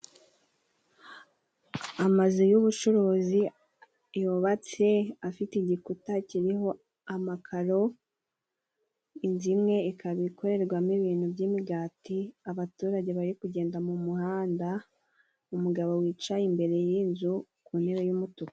Amazu y'ubucuruzi yubatse afite igikuta kiriho amakaro, inzu imwe ikaba ikorerwamo ibintu by'imigati, abaturage bari kugenda mu muhanda, umugabo wicaye imbere y'inzu ku ntebe y'umutuku.